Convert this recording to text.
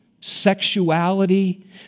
sexuality